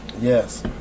Yes